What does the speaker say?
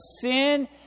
sin